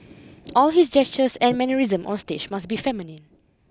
all his gestures and mannerism on stage must be feminine